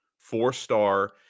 four-star